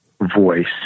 voice